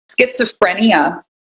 schizophrenia